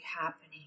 happening